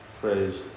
praise